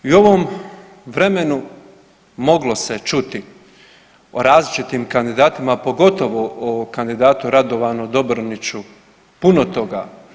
I u ovom vremenu moglo se čuti o različitim kandidatima, a pogotovo o kandidatu Radovanu Dobroniću puno toga.